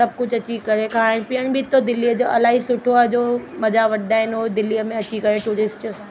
सभु कुझु अची करे खाइण पीअण बि हितां दिल्लीअ जा इलाही सुठो आहे जो मज़ा वठंदा आहिनि उहे दिल्लीअ में अची करे टूरिस्ट